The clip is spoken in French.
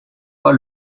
pas